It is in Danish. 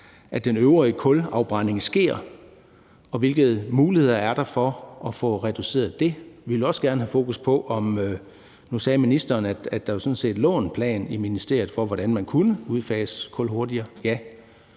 det, den øvrige kulafbrænding sker, og hvilke muligheder er der for at få det reduceret? Vi vil også gerne have fokus på hvordan. Nu sagde ministeren, at der jo sådan set lå en plan i ministeriet for, hvordan man kunne udfase kul hurtigere.